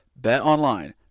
BetOnline